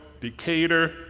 Decatur